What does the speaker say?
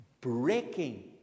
breaking